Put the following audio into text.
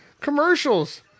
Commercials